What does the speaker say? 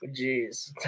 Jeez